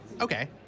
Okay